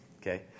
Okay